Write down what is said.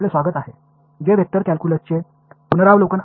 இந்த பாடத்தில் vector calculus பற்றியே நாம் முழுவதும் விவாதிக்க உள்ளோம்